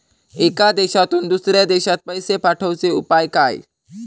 एका देशातून दुसऱ्या देशात पैसे पाठवचे उपाय काय?